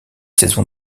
saison